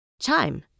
Chime